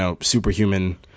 superhuman